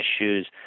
issues